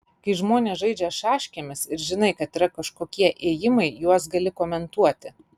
kai žmonės žaidžia šaškėmis ir žinai kad yra kažkokie ėjimai juos gali komentuoti